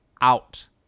out